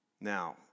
Now